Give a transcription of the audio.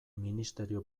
ministerio